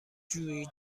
جویی